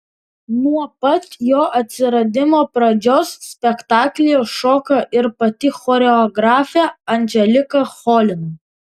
nuo pat jo atsiradimo pradžios spektaklyje šoka ir pati choreografė anželika cholina